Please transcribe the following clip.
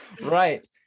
Right